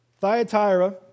Thyatira